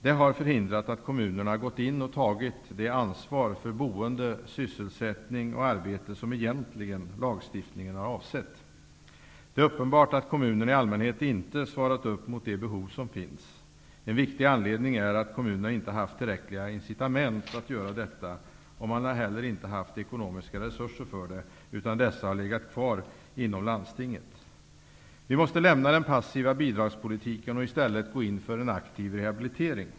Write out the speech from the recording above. Det har förhindrat att kommu nerna gått in och tagit det ansvar för boende, sys selsättning och arbete som lagstiftningen egentli gen har avsett. Det är uppenbart att kommunerna i allmänhet inte svarat upp mot de behov som finns. En viktig anledning är att kommunerna inte haft tillräckliga incitament att göra detta, och de har heller inte haft ekonomiska resurser för det, utan dessa har legat kvar inom landstinget. Vi måste lämna den passiva bidragspolitiken och i stället gå in för en aktiv rehabilitering.